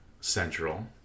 Central